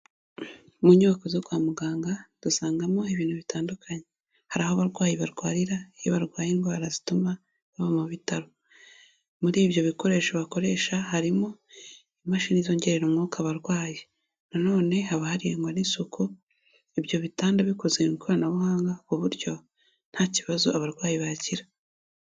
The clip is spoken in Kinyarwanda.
Mu nyubako zo kwa muganga dusangamo ibintu bitandukanye, hari aho abarwayi barwarira iyo barwaye indwara zituma baba mu bitaro. Muri ibyo bikoresho bakoresha harimo imashini zongerera umwuka abarwayi. Nanone haba hari n'isuku, ibyo bitanda bikoze mu ikoranabuhanga, ku buryo nta kibazo abarwayi bagira.